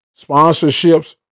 Sponsorships